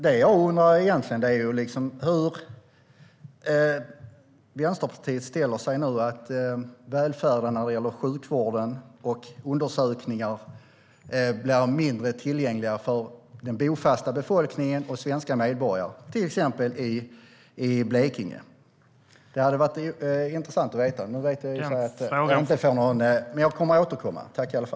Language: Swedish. Det jag undrar är hur Vänsterpartiet ställer sig till välfärden med tanke på att sjukvården enligt undersökningar blir mindre tillgänglig för den bofasta befolkningen och svenska medborgare, till exempel i Blekinge. Det hade varit intressant att veta. Jag vet att jag inte får något svar då Karin Rågsjö inte har rätt till fler repliker, men jag kommer att återkomma.